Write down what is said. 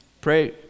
Pray